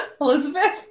Elizabeth